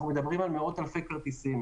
אנו מדברים על מאות-אלפי כרטיסי.